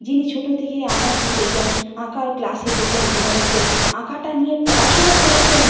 যিনি ছোট থেকেই আঁকা শিকেছেন আঁকার ক্লাসে যেতেন নিয়মিত আঁকাটা নিয়ে পড়াশুনো করেছেন